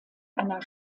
einer